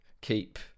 keep